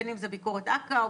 בין אם זה ביקורת אכ"א או